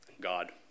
God